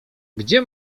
gdzie